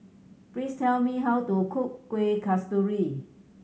please tell me how to cook Kuih Kasturi